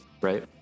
Right